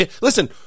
Listen